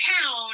town